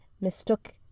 mistook